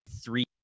three